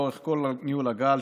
לאורך כל ניהול הגל,